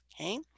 okay